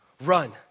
Run